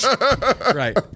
right